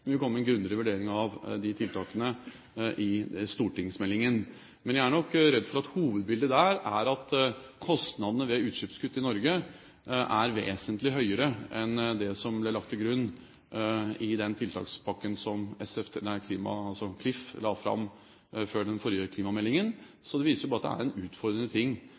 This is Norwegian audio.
stortingsmeldingen, men jeg er nok redd for at hovedbildet der er at kostnadene ved utslippskutt i Norge er vesentlig høyere enn det som ble lagt til grunn i den tiltakspakken som Klif la fram før den forrige klimameldingen. Det viser jo bare at det er en utfordrende ting